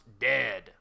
dead